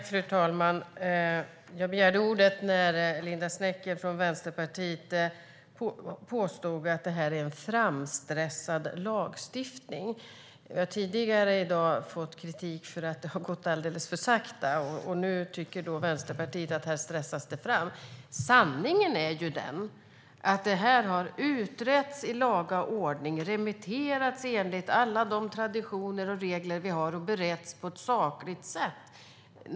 Fru talman! Jag begärde ordet när Linda Snecker från Vänsterpartiet påstod att detta är en framstressad lagstiftning. Vi har tidigare i dag fått kritik för att det har gått alldeles för sakta, men Vänsterpartiet tycker att det här har stressats fram. Sanningen är ju den att frågan har utretts i laga ordning. Förslaget har remitterats enligt alla traditioner och regler som vi har och beretts på ett sakligt sätt.